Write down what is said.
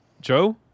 Joe